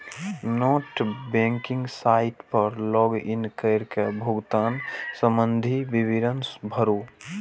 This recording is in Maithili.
नेट बैंकिंग साइट पर लॉग इन कैर के भुगतान संबंधी विवरण भरू